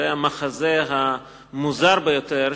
וזה המחזה המוזר ביותר,